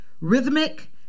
Rhythmic